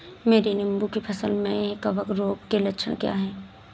मेरी नींबू की फसल में कवक रोग के लक्षण क्या है?